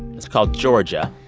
it's called georgia.